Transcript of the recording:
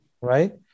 Right